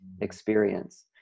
experience